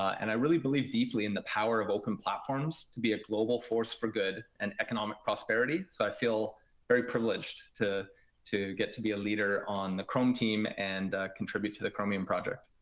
and i really believed deeply in the power of open platforms to be a global force for good and economic prosperity. so i feel very privileged to to get to be a leader on the chrome team and contribute to the chromium project.